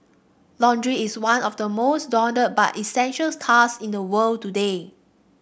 laundry is one of the most daunted but essential task in the world today